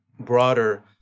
broader